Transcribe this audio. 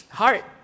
hard